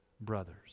brothers